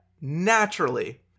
Naturally